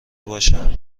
باشه